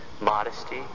modesty